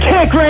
Kick